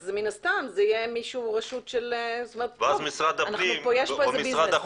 אז מן הסתם זה יהיה רשות של --- ואז משרד הפנים או משרד החוץ